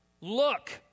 Look